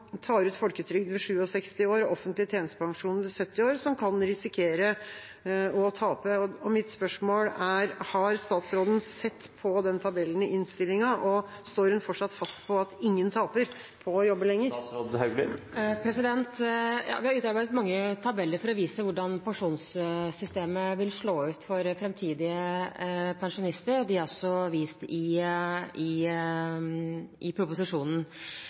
tar ut folketrygd ved 67 år og offentlig tjenestepensjon ved 70 år, som kan risikere å tape. Og mitt spørsmål er: Har statsråden sett på den tabellen i innstillingen, og står hun fortsatt fast på at ingen taper på å jobbe lenger? Ja, vi har utarbeidet mange tabeller for å vise hvordan pensjonssystemet vil slå ut for fremtidige pensjonister, og de er også vist i